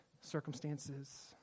circumstances